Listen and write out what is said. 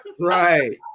Right